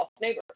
neighbors